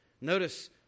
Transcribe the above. Notice